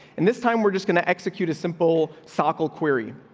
and this time we're just gonna execute a simple sokal query,